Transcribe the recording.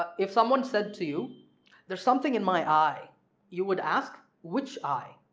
but if someone said to you there's something in my eye you would ask which eye,